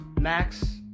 Max